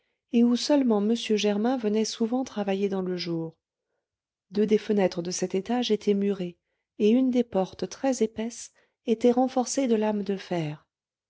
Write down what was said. et où seulement m germain venait souvent travailler dans le jour deux des fenêtres de cet étage étaient murées et une des portes très épaisse était renforcée de lames de fer